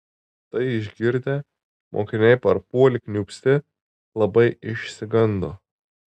tai išgirdę mokiniai parpuolė kniūpsti labai išsigando